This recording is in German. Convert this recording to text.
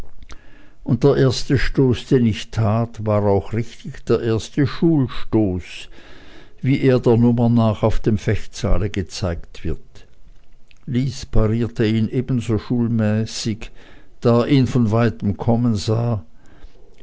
und der erste stoß den ich tat war auch richtig der erste schulstoß wie er der nummer nach auf dem fechtsaale gezeigt wird lys parierte ihn ebenso schulmäßig da er ihn von weitem kommen sah